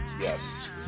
Yes